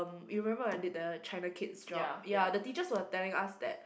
you remember I did the China kids job ya the teachers were telling us that